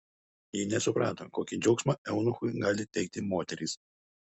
ji nesuprato kokį džiaugsmą eunuchui gali teikti moterys